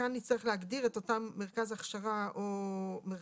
כאן נצטרך להגדיר את אותו מרכז הכשרה והדרכה